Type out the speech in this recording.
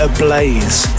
Ablaze